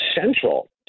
central